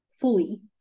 fully